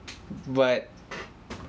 but